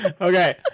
Okay